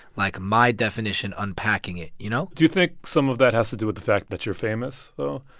like, my definition, unpacking it, you know? do you think some of that has to do with the fact that you're famous, though?